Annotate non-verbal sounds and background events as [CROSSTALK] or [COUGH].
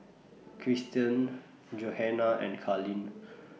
Christian Johana and Carleen [NOISE]